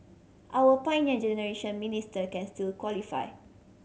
our Pioneer Generation Minister can still qualify